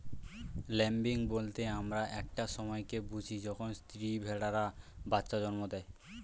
lambing বলতে আমরা একটা সময় কে বুঝি যখন স্ত্রী ভেড়ারা বাচ্চা জন্ম দেয়